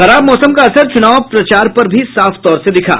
खराब मौसम का असर चुनाव प्रचार पर भी साफ तौर से दिखा